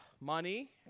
money